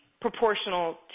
proportional